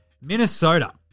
Minnesota